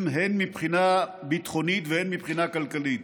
הן מבחינה ביטחונית והן מבחינה כלכלית.